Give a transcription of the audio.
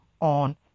on